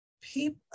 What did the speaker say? people